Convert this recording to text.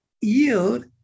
yield